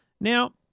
Now